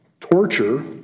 torture